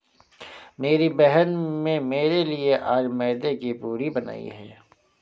मेरी बहन में मेरे लिए आज मैदे की पूरी बनाई है